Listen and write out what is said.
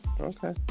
Okay